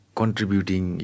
contributing